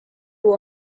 will